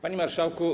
Panie Marszałku!